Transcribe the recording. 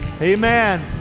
amen